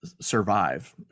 survive